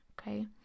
okay